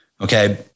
Okay